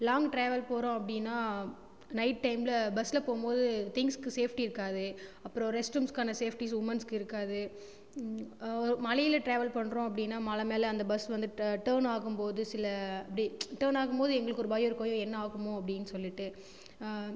long travel போகறோம் அப்படினா night டைம்ல பஸ்ஸில் போ போது திங்க்ஸ்க்கு சேஃப்ட்டி இருக்காது அப்புறோம் ரெஸ்ட்ரூம்ஸ்கான சேஃப்ட்டிஸ் உமன்ஸ்கு இருக்காது மலையில ட்ராவல் பண்ணுறோம் அப்படினா மலை மேலே அந்த பஸ் வந்து டே டேர்ன் ஆகுபோது சில அப்படி டேர்ன் ஆகுபோது எங்களுக்கு ஒரு பயம் இருக்கும் ஐயோ என்ன ஆகுமோ அப்படினு சொல்லிவிட்டு